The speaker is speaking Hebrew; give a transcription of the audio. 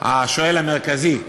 השואל המרכזי,